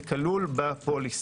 זה כלול בפוליסה.